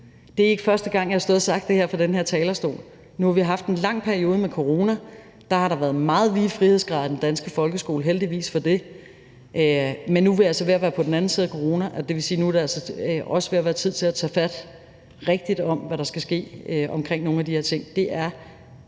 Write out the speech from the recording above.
Det er ikke første gang, jeg har stået og sagt det her fra den her talerstol. Nu har vi haft en lang periode med corona, og der har der været meget vide frihedsgrader i den danske folkeskole, heldigvis for det, men nu er vi altså ved at være på den anden side af coronaen, og det vil sige, at det altså nu også er ved at være tid til at tage rigtigt fat i, hvad der skal ske med nogle af de her ting.